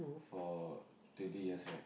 for twenty years right